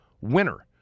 winner